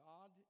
God